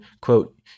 quote